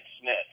Smith